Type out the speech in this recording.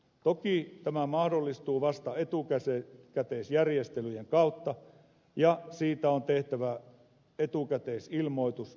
toki tämä mahdollistuu vasta etukäteisjärjestelyjen kautta ja siitä on tehtävä etukäteisilmoitus tietosuojavaltuutetulle